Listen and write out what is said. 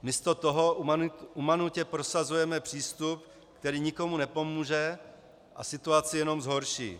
Místo toho umanutě prosazujeme přístup, který nikomu nepomůže a situaci jen zhorší.